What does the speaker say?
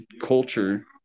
culture